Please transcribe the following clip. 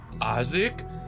Isaac